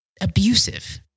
abusive